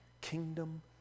kingdom